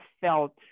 felt